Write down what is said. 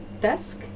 desk